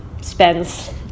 spends